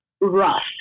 rough